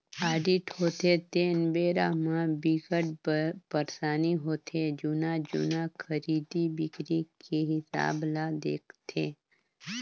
audit होथे तेन बेरा म बिकट परसानी होथे जुन्ना जुन्ना खरीदी बिक्री के हिसाब ल देखथे